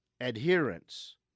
adherence